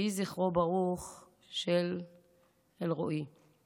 יהי זכרו של אלרועי ברוך.